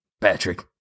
patrick